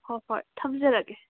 ꯍꯣ ꯍꯣꯏ ꯊꯝꯖꯔꯒꯦ